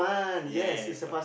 ya ya ya